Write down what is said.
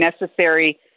necessary